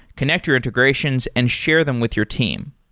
connect your integrations and share them with your team.